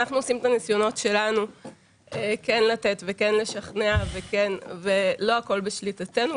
אנחנו עושים את הניסיונות שלנו כן לתת וכן לשכנע אבל לא הכול בשליטתנו.